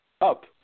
up